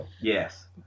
Yes